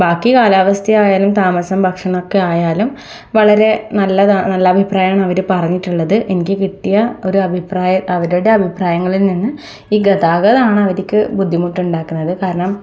ബാക്കി കാലാവസ്ഥ ആയാലും താമസം ഭക്ഷണമൊക്കെ ആയാലും വളരെ നല്ലതാണ് നല്ല അഭിപ്രായമാണ് അവർ പറഞ്ഞിട്ടുള്ളത് എനിക്ക് കിട്ടിയ ഒരു അഭിപ്രായം അവരുടെ അഭിപ്രായങ്ങളിൽ നിന്ന് ഈ ഗതാഗതമാണ് അവർക്ക് ബുദ്ധിമുട്ടുണ്ടാക്കുന്നത് കാരണം